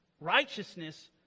Righteousness